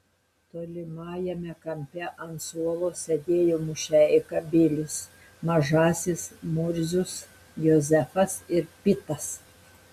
tolimajame kampe ant suolo sėdėjo mušeika bilis mažasis murzius jozefas ir pitas